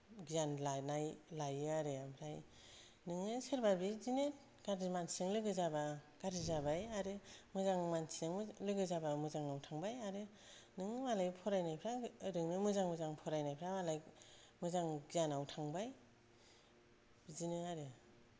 गियान लानाय लायो आरो ओमफ्राय नोङो सोरबा बिदिनो गाज्रि मानसिजों लोगो जाबा गाज्रि जाबाय आरो मोजां मानसिजों लोगो जाबा मोजां थांबाय आरो नों मालाय फरायनायफ्रा ओरैनो मोजां मोजां फरायनायफ्रा मालाय मोजां गियानाव थांबाय बिदिनो आरो